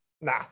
nah